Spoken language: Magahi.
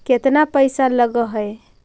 केतना पैसा लगय है?